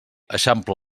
eixampla